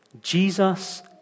Jesus